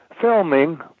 filming